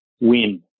win